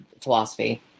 philosophy